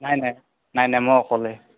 নাই নাই নাই নাই মই অকলে